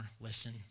listen